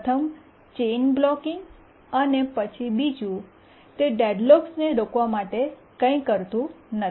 પ્રથમ chain blocking અને પછી બીજું તે ડેડલોક્સને રોકવા માટે કંઇ કરતું નથી